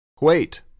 Wait